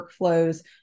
workflows